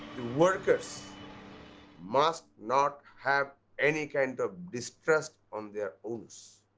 the workers must not have any kind of distrust on their owners.